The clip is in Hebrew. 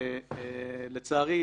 ולצערי,